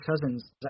Cousins